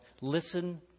Listen